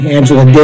Angela